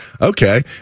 okay